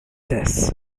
this